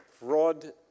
Rod